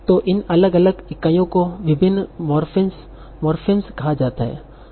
तो इन अलग अलग इकाइयों को विभिन्न मोरफि्म्स कहा जाता है